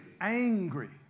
Angry